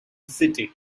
city